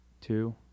Two